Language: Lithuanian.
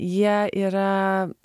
jie yra